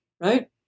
right